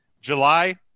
July